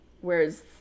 whereas